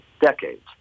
decades